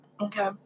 okay